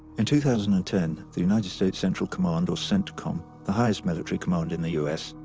in two thousand and ten, the united states central command, or centcom, the highest military command in the u s,